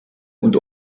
und